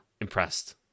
impressed